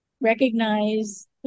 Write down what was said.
Recognize